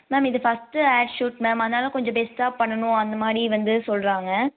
ma'am இது first ad shoot ma'am அதனால கொஞ்சம் பெஸ்ட்டாக பண்ணணும் அந்த மாதிரி வந்து சொல்கிறாங்க